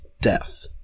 death